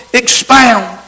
expound